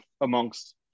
amongst